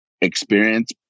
experience